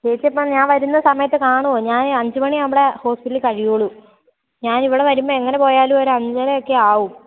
ചേച്ചി ഇപ്പം ഞാൻ വരുന്ന സമയത്ത് കാണുമോ ഞാൻ അഞ്ചു മണി ആകുമ്പോൾ ഹോസ്പിറ്റലിൽ കഴിയൂകയുള്ളൂ ഞാൻ ഇവിടെ വരുമ്പോൾ എങ്ങനെ പോയാലും ഒരു അഞ്ചര ഒക്കെ ആവും